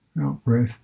out-breath